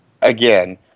Again